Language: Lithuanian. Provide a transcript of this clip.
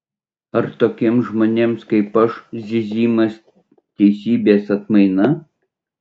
ar tokiems žmonėms kaip aš zyzimas teisybės atmaina